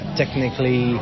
technically